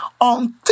on